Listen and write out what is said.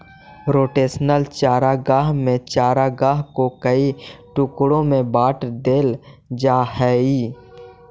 rotational चारागाह में चारागाह को कई टुकड़ों में बांट देल जा हई